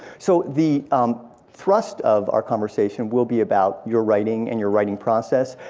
so the um thrust of our conversation will be about your writing and your writing process,